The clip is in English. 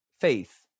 faith